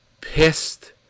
pissed